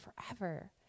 forever